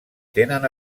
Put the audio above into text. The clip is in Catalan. tenen